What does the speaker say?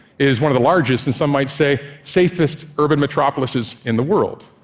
is one of the largest, and some might say safest, urban metropolises in the world.